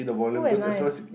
who am I